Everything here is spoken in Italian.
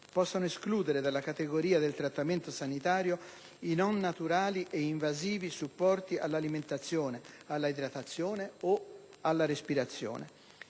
possono escludere dalla categoria del trattamento sanitario i non naturali e invasivi supporti all'alimentazione, alla idratazione o alla respirazione.